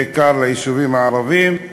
בעיקר ליישובים הערביים,